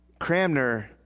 Cramner